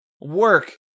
work